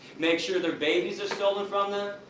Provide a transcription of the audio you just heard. make sure their babies are stolen from them,